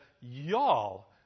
Y'all